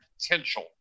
potential